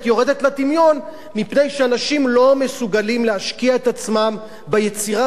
מפני שאנשים לא מסוגלים להשקיע את עצמם ביצירה ובכתיבה למעננו,